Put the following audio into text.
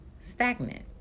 stagnant